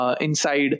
inside